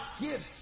gifts